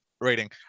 rating